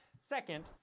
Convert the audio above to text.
Second